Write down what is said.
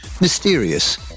mysterious